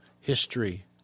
history